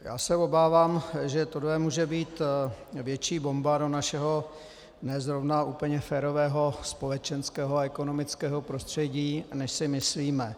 Já se obávám, že tohle může být větší bomba do našeho ne zrovna úplně férového společenského a ekonomického prostředí, než si myslíme.